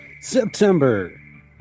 September